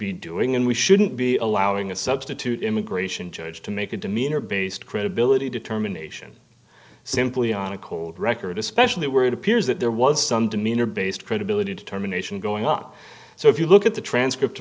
be doing and we shouldn't be allowing a substitute immigration judge to make a demeanor based credibility determination simply on a cold record especially worried appears that there was some demeanor based credibility determination going up so if you look at the transcript